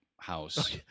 house